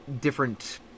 different